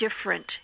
different